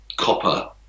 copper